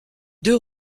deux